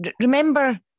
remember